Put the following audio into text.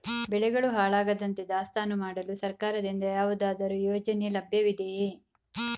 ಬೆಳೆಗಳು ಹಾಳಾಗದಂತೆ ದಾಸ್ತಾನು ಮಾಡಲು ಸರ್ಕಾರದಿಂದ ಯಾವುದಾದರು ಯೋಜನೆ ಲಭ್ಯವಿದೆಯೇ?